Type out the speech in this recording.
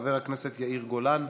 חבר הכנסת יאיר גולן,